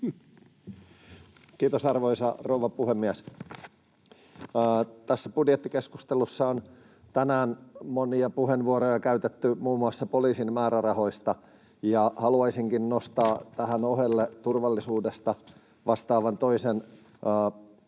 Kiitos, arvoisa rouva puhemies! Tässä budjettikeskustelussa on tänään monia puheenvuoroja käytetty muun muassa poliisin määrärahoista. Haluaisinkin nostaa tähän ohelle toisen turvallisuudesta vastaavan alan eli